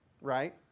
right